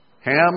Ham